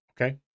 Okay